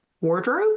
wardrobe